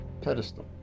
pedestal